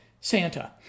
Santa